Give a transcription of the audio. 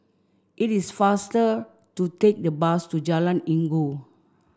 it is faster to take the bus to Jalan Inggu